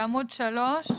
בעמוד 3,